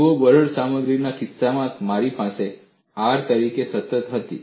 જુઓ બરડ સામગ્રીના કિસ્સામાં અમારી પાસે R તરીકે સતત હતી